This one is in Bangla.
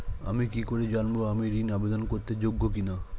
আমি কি করে জানব আমি ঋন আবেদন করতে যোগ্য কি না?